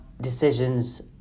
decisions